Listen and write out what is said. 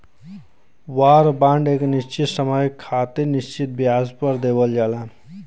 वार बांड एक निश्चित समय खातिर निश्चित ब्याज दर पर देवल जाला